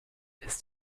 ist